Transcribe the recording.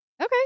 Okay